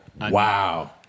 Wow